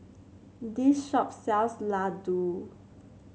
this shop sells Ladoo